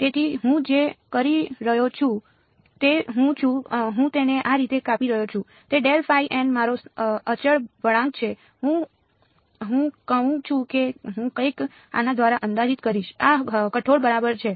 તેથી હું જે કરી રહ્યો છું તે હું છું હું તેને આ રીતે કાપી રહ્યો છું તે મારો અચળ વળાંક છે હું કહું છું કે હું કંઈક આના દ્વારા અંદાજિત કરીશ આ કઠોળ બરાબર છે